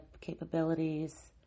capabilities